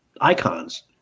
icons